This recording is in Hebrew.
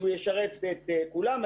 שישרת את כולם.